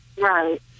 Right